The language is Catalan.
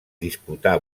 disputà